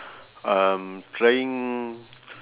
um trying